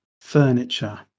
Furniture